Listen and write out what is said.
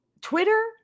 Twitter